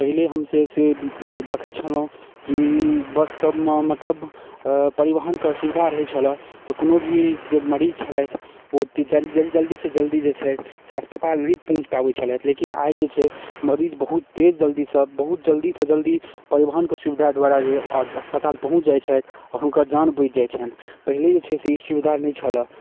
पहिले हमसब से देखैत छलहुँ कि बस सबमे मतलब परिवहन कऽ सुबिधा रहै छलै तऽ कोनो भी जे मरीज छलथि ओ जल्दी से जल्दी जे छै से अस्पताल नहि पहुँच पाबैत छलथि लेकिन आइ जे छै मरीज बहुते जल्दी सँ बहुत जल्दीसँ जल्दी परिवहन कऽ सुबिधा दुआरे आज अस्पताल पहुँच जाइत छथि आओर हुनकर जान बचि जाइत छनि पहिले जे छै से ई सु विधा नहि छलऽ